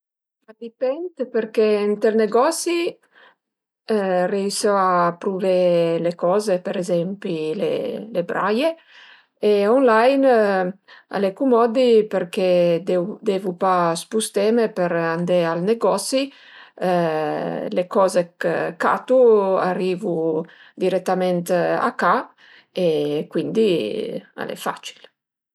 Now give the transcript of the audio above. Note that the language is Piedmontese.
A dipend perché ënt ël negosi riesu a pruvé le coze per ezempi le le braie e online al e cumoddi perché deu devu pa spusteme për andé al negosi, le coze chë catu arivu diretament a ca e cuindi al e facil